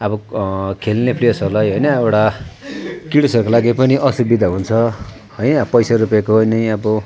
अब खेल्ने प्लेयर्सहरूलाई होइन एउटा किट्सहरूको लागि पनि असुविधा हुन्छ है पैसा रुपियाँको नै अब